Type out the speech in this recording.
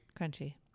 Crunchy